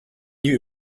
you